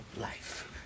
life